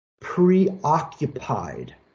preoccupied